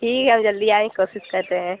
ठीक है हम जल्दी आने की कोशिश करते हैं